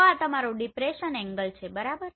તો આ તમારો ડિપ્રેસન એંગલ છે બરાબર